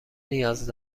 نیاز